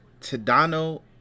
Tadano